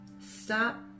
Stop